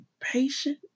patient